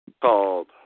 called